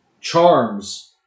charms